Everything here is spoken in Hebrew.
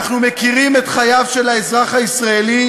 אנחנו מכירים את חייו של האזרח הישראלי,